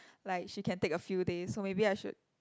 like she can take a few days so maybe I should